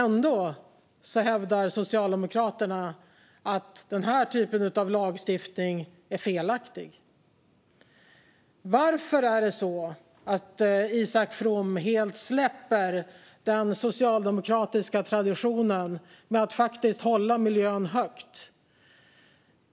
Ändå hävdar Socialdemokraterna att den här typen av lagstiftning är felaktig. Varför släpper Isak From helt den socialdemokratiska traditionen att faktiskt hålla miljön högt?